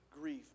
grief